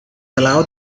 allow